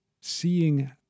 seeing